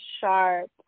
sharp